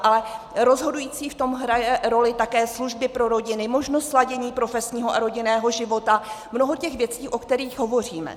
Ale rozhodující roli v tom hrají také služby pro rodiny, možnost sladění profesního a rodinného života, mnoho těch věcí, o kterých hovoříme.